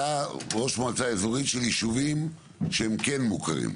אתה ראש מועצה אזורית של ישובים שהם כן מוכרים.